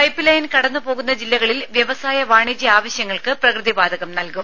pipeline കടന്നുപോകുന്ന ജില്ലകളിൽ വ്യവസായ വാണിജ്യ ആവശ്യങ്ങൾക്ക് പ്രകൃതി വാതകം നൽകും